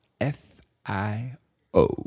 F-I-O